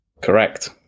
Correct